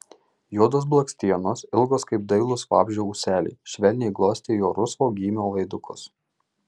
juodos blakstienos ilgos kaip dailūs vabzdžio ūseliai švelniai glostė jo rusvo gymio veidukus